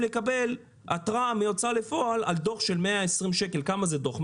לקבל התראה מההוצאה לפועל על דוח של 120 שקלים כמה זה הדוח?